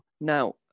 Now